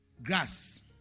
grass